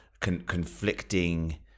conflicting